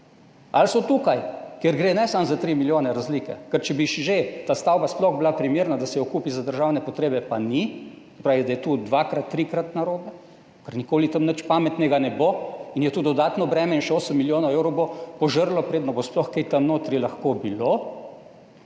Ali so tukaj, kjer gre ne samo za 3 milijone razlike? Ker če bi že ta stavba sploh bila primerna, da se jo kupi za državne potrebe, pa ni, se pravi, da je to dvakrat, trikrat narobe, ker nikoli tam nič pametnega ne bo in je to dodatno breme in še 8 milijonov evrov bo požrlo, preden bo sploh kaj tam notri lahko bilo.